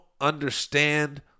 understand